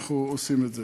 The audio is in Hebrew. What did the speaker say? אנחנו עושים את זה.